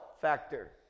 factor